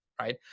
right